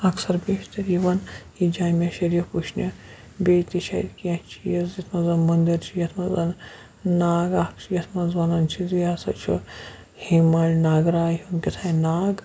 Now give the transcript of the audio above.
اکثر بیشتَر یِوان یہِ جامع شریٖف وٕچھنہِ بیٚیہِ تہِ چھِ اَتہِ کینٛہہ چیٖز یَتھ منٛز مندِر چھِ یَتھ منٛز ناگ اَکھ چھِ یَتھ مںٛز وَنان چھِ زِ یہِ ہَسا چھُ ہیٖمال ناگ راے ہُنٛد کیٛاتھانۍ ناگ